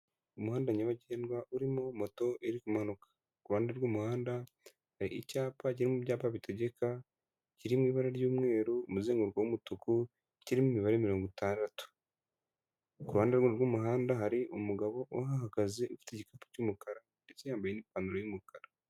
Umuhanda nyabagendwa urimo moto iri kumanuka. Ku ruhande rw'umuhanda, hari icyapa kiri mu byapa bitegeka, kiri mu ibara ry'umweru, umuzenguruko w'umutuku, kirimo imibare mirongo itandatu. Ku ruhande rwe rw'umuhanda hari umugabo uhagaze ufite igikapu cy'umukara ndetse yambaye n'ipantaro y'umukara.